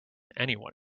anyone